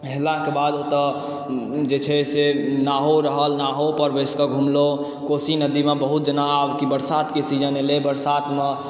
हेलला के बाद ओतए जे छै से नावो रहल नावो पर बैस कऽ घुमलहुॅं कोशी नदीमे बहुत जेना आब की बरसातके सीजन एलै बरसातमे